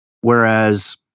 Whereas